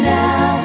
now